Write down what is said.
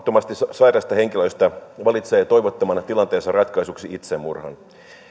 sairaista henkilöistä valitsee toivottoman tilanteensa ratkaisuksi itsemurhan